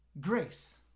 grace